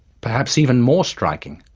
perhaps even more striking,